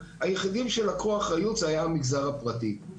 היחידים שלקחו אחריות היה המגזר הפרטי.